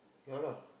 yeah lah